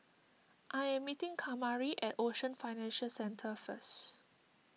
I am meeting Kamari at Ocean Financial Centre first